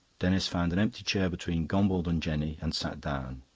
denis found an empty chair between gombauld and jenny and sat down.